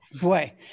Boy